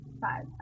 five